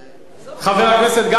חבר הכנסת גפני,